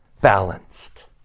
balanced